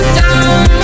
down